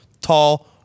tall